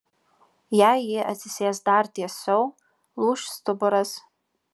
jei ji atsisės dar tiesiau lūš stuburas